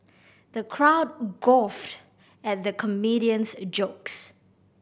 the crowd guffawed at the comedian's jokes